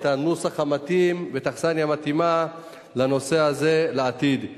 הנוסח המתאים ואת האכסניה המתאימה לנושא הזה לעתיד.